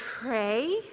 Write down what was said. pray